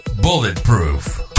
bulletproof